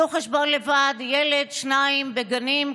עשו חשבון לבד: ילד-שניים בגנים,